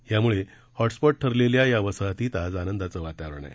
यामुळं हॉटस्पॉट ठरलेल्या या वसाहतीत आज आनंदाचं वातावरण आहे